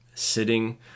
sitting